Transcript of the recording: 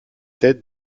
têtes